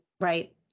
Right